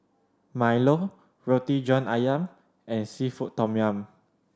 milo Roti John Ayam and seafood tom yum